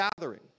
gathering